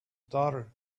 daughter